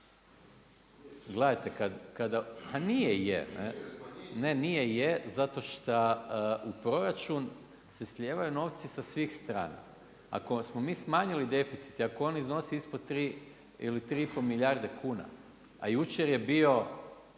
Gledajte kada, pa nije je, ne nije je zato šta u proračun se slijevaju novci sa svih strana. Ako smo mi smanjili deficit i ako on iznosi ispod 3 ili 3,5 milijarde kuna, a jučer je bio